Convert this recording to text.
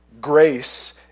grace